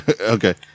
Okay